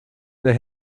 they